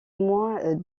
moins